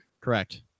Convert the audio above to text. Correct